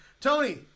Tony